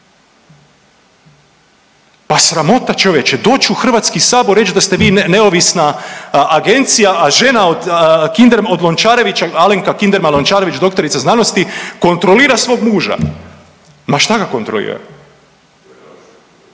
Pa sramota čovječe doći u Hrvatski sabor da ste vi neovisna agencija, a žena od Lončarevića Alenka Kinderman Lončarević dr.sc. kontrolira svog muža. Ma šta ga kontrolira?